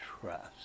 trust